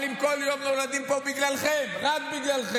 אבל אם כל יום נולדים פה בגללכם, רק בגללכם,